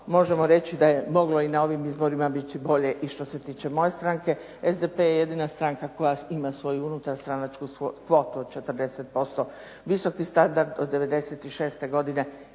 možemo reći da je moglo i na ovim izborima biti bolje i što se tiče moje stranke, SDP je jedina stranka koja ima svoju unutarstranačku kvotu od 40%, visoki standard od '96. godine.